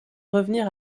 revenir